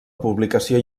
publicació